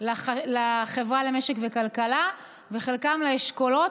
לחברה למשק וכלכלה וחלקם לאשכולות.